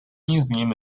museum